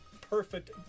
perfect